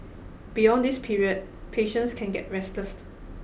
beyond this period patients can get restless